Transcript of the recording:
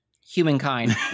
Humankind